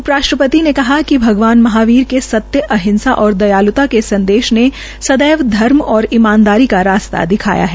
उप राष्ट्रपति ने कहा कि भगवान महावीर के सत्य अहिंसा और दयालूता के संदेश ने सर्दव धर्म और ईमानदारी का रास्ता दिखाया है